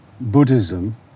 Buddhism